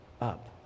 up